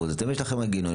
יש לכם מנגנונים,